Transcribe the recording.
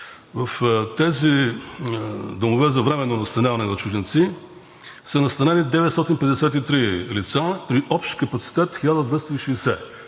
в тези домове за временно настаняване на чужденци са настанени 953 лица при общ капацитет 1260,